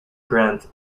grant